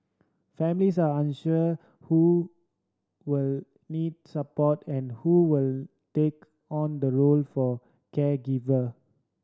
families are unsure who will need support and who will take on the role for caregiver